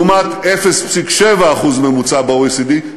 לעומת 0.7% ממוצע ב-OECD,